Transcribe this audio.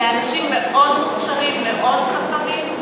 אלה אנשים מאוד מוכשרים, מאוד חכמים.